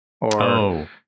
or-